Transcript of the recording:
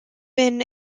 been